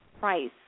price